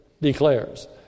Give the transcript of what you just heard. declares